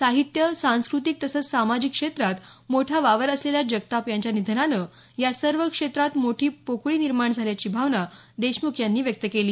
साहित्य सांस्कृतिक तसंच सामाजिक क्षेत्रात मोठा वावर असलेल्या जगताप यांच्या निधनानं या सर्व क्षेत्रात मोठी पोकळी निर्माण झाल्याची भावना देशमुख यांनी व्यक्त केली